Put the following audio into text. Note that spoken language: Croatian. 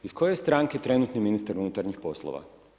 Iz koje stranke je trenutni ministar unutarnjih poslova?